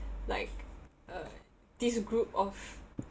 like uh this group of